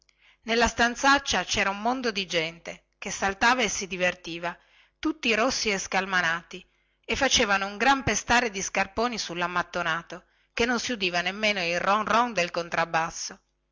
nella stanzaccia cera un mondo di gente che saltava e si divertiva tutti rossi e scalmanati e facevano un gran pestare di scarponi sullammattonato che non si udiva nemmeno il ron ron del contrabasso